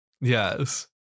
Yes